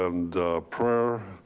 and prayer,